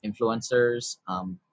influencers